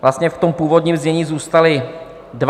Vlastně v tom původním znění zůstaly dva.